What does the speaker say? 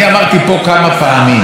אני אמרתי פה כמה פעמים: